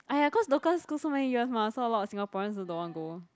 !aiya! cause local school so many years mah so a lot of Singaporeans also don't want go